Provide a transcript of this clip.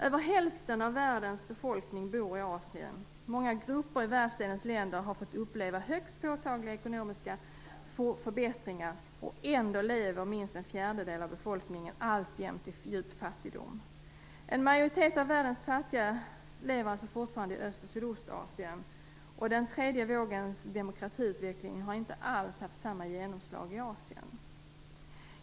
Över hälften av världens befolkning bor i Asien. Många grupper i världsdelens länder har fått uppleva högst påtagliga ekonomiska förbättringar. Ändå lever minst en fjärdedel av befolkningen alltjämt i djup fattigdom. En majoritet av världens fattiga lever fortfarande i Ost och Sydostasien. Den tredje vågens demokratiutveckling har inte alls haft samma genomslag i Asien.